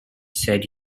said